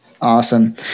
Awesome